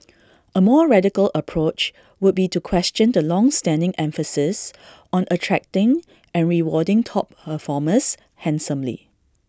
A more radical approach would be to question the longstanding emphasis on attracting and rewarding top performers handsomely